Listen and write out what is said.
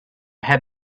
had